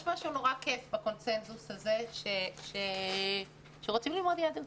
יש משהו נורא כייף בקונצנזוס על זה שרוצים ללמוד יהדות